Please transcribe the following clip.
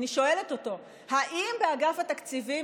אני שואלת אותו: האם באגף התקציבים,